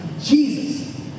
Jesus